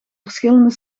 verschillende